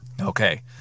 Okay